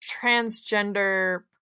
transgender